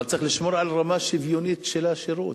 אבל צריך לשמור על רמה שוויונית של השירות.